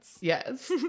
yes